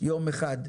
יום אחד,